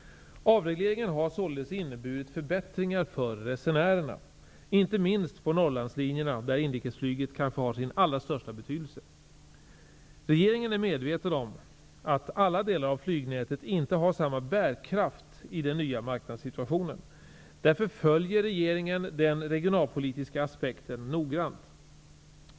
Avregleringen har således inneburit förbättringar för resenärerna, inte minst på Norrlandslinjerna där inrikesflyget kanske har sin allra största betydelse. Regeringen är medveten om att alla delar av flygnätet inte har samma bärkraft i den nya marknadssituationen. Därför följer regeringen den regionalpolitiska aspekten noggrant.